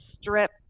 strip